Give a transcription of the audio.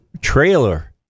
trailer